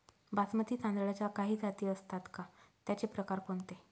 बासमती तांदळाच्या काही जाती असतात का, त्याचे प्रकार कोणते?